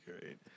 great